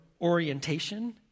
orientation